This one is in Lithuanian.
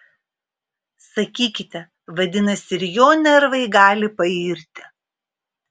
sakykite vadinasi ir jo nervai gali pairti